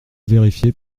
vérifier